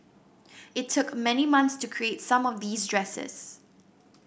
it took many months to create some of these dresses